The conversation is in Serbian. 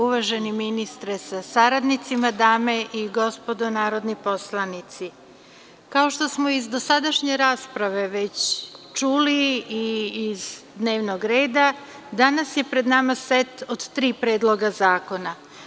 Uvaženi ministre sa saradnicima, dame i gospodo narodni poslanici, kao što smo iz dosadašnje rasprave već čuli i iz dnevnog reda, danas je pred nama set od tri predloga zakona.